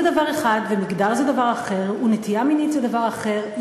דבר אחד ומגדר זה דבר אחר ונטייה מינית זה דבר אחר.